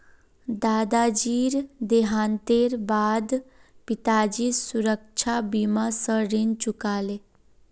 दादाजीर देहांतेर बा द पिताजी सुरक्षा बीमा स ऋण चुका ले